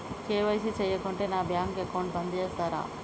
KYC చేయకుంటే నా bank account బంద్ చేస్తరా?